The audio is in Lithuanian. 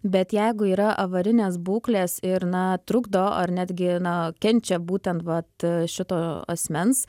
bet jeigu yra avarinės būklės ir na trukdo ar net gi na kenčia būtent vat šito asmens